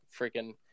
freaking